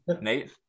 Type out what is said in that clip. Nate